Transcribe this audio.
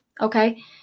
Okay